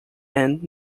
and